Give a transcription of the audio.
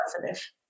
positive